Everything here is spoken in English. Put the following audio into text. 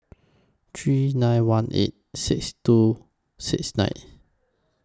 three nine one eight six two six nine